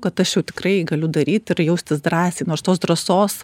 kad aš jau tikrai galiu daryt ir jaustis drąsiai nors tos drąsos